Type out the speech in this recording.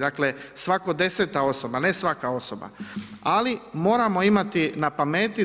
Dakle, svaka 10. osoba, ne svaka osoba ali moramo imati na pameti